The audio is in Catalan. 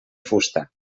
fusta